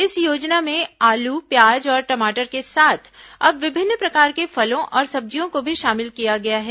इस योजना में आलू प्याज और टमाटर के साथ अब विभिन्न प्रकार के फलों और सब्जियों को भी शामिल किया गया है